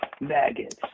Maggots